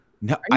No